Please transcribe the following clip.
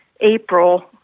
April